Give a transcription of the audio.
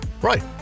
Right